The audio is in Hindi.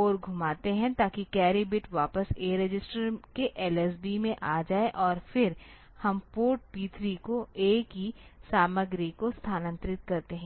ओर घुमाते हैं ताकि कैरी बिट वापस A रजिस्टर के LSB में आ जाए और फिर हम पोर्ट P 3 पर A की सामग्री को स्थानांतरित करते हैं